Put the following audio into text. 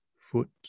foot